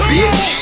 Bitch